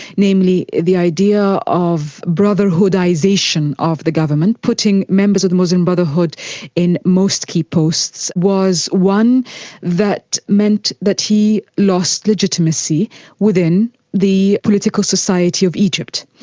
namely the idea of brotherhoodisation of the government, putting members of the muslim brotherhood in most key posts, was one that meant that he lost legitimacy within the political society of egypt.